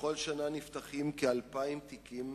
בכל שנה נפתחים כ-2,000 תיקים